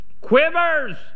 quivers